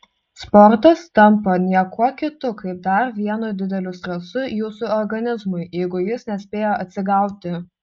sportas tampa niekuo kitu kaip dar vienu dideliu stresu jūsų organizmui jeigu jis nespėja atsigauti